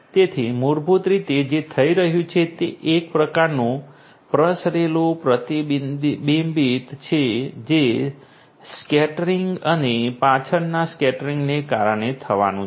તેથી મૂળભૂત રીતે જે થઈ રહ્યું છે તે એક પ્રકારનું પ્રસરેલું પ્રતિબિંબ છે જે સ્કેટરિંગ અને પાછળના સ્કેટરિંગને કારણે થવાનું છે